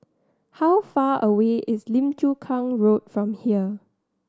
how far away is Lim Chu Kang Road from here